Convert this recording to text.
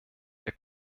der